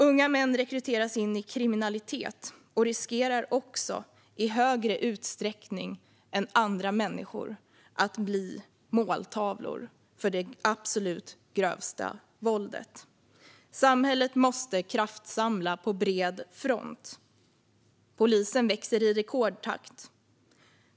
Unga män rekryteras in i kriminalitet och riskerar i större utsträckning än andra människor att bli måltavlor för det absolut grövsta våldet. Samhället måste kraftsamla på bred front. Polisen växer i rekordtakt.